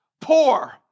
poor